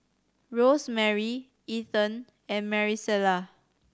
Rosemary Ethen and Marisela